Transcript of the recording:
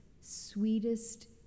sweetest